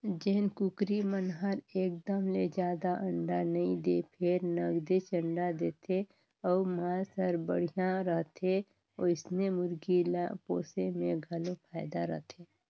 जेन कुकरी मन हर एकदम ले जादा अंडा नइ दें फेर नगदेच अंडा देथे अउ मांस हर बड़िहा रहथे ओइसने मुरगी ल पोसे में घलो फायदा रथे